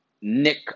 Nick